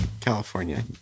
California